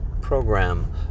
program